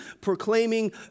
proclaiming